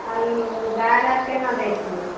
आलू दालि आर केना दै छियै